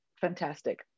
Fantastic